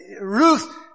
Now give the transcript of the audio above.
Ruth